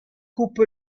coupe